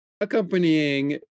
accompanying